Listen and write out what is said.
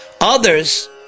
Others